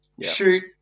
shoot